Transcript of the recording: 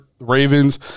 Ravens